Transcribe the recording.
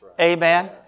Amen